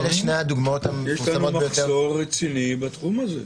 אלה שתי הדוגמאות המפורסמות ביותר --- יש לנו מחסור רציני בתחום הזה.